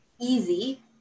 easy